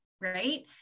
Right